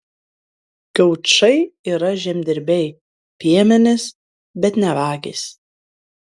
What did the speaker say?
gaučai yra žemdirbiai piemenys bet ne vagys